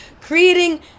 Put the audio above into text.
creating